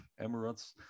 Emirates